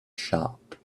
sharp